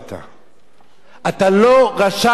אתה לא רשאי לוותר על הסמכויות שלך.